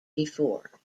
before